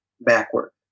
backward